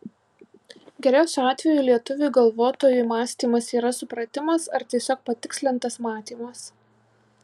geriausiu atveju lietuviui galvotojui mąstymas yra supratimas ar tiesiog patikslintas matymas